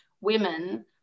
women